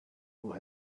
who